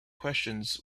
questions